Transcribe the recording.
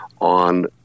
on